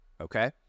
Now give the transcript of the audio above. Okay